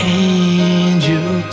angel